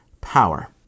power